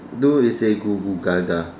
do is say googoogaga